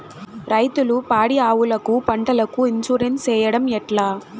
రైతులు పాడి ఆవులకు, పంటలకు, ఇన్సూరెన్సు సేయడం ఎట్లా?